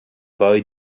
boy